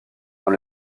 dans